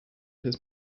his